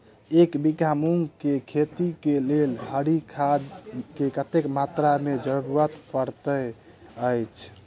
एक बीघा मूंग केँ खेती केँ लेल हरी खाद केँ कत्ते मात्रा केँ जरूरत पड़तै अछि?